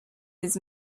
his